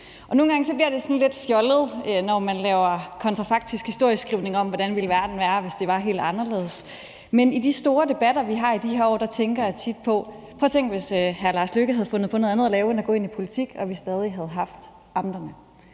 Nogle gange bliver det sådan lidt fjollet, når man laver kontrafaktisk historieskrivning om, hvordan verden vil være, hvis det var helt anderledes, men i de store debatter, vi har i de her år, tænker jeg tit: Tænk, hvis hr. Lars Løkke Rasmussen havde fundet på noget andet at lave end at gå ind i politik og vi stadig havde haft amterne.